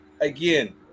again